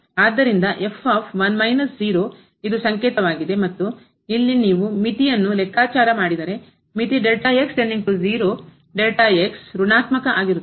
ಆದ್ದರಿಂದ ಇದು ಸಂಕೇತವಾಗಿದೆ ಮತ್ತು ಇಲ್ಲಿ ನೀವು ಮಿತಿಯನ್ನು ಲೆಕ್ಕಾಚಾರ ಮಾಡಿದರೆ ಮಿತಿ ಋಣಾತ್ಮಕ ಆಗಿರುತ್ತದೆ